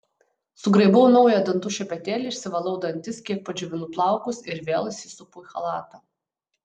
sugraibau naują dantų šepetėlį išsivalau dantis kiek padžiovinu plaukus ir vėl įsisupu į chalatą